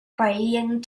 praying